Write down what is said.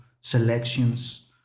selections